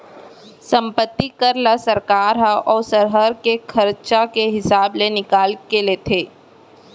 संपत्ति कर ल सरकार ह ओ सहर के खरचा के हिसाब ले निकाल के लेथे